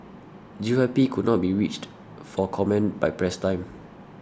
G Y P could not be reached for comment by press time